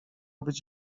być